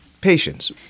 patience